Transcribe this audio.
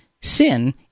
sin